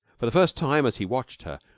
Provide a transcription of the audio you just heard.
for the first time, as he watched her,